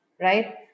right